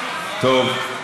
טוב.